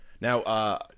Now